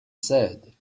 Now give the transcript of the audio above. said